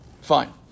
Fine